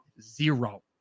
zero